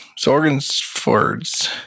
Sorgenford's